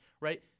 right